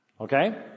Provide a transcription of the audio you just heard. Okay